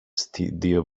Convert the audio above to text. studio